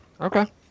Okay